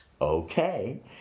okay